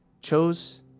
chose